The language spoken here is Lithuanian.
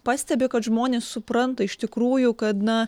pastebi kad žmonės supranta iš tikrųjų kad na